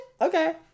Okay